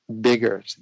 bigger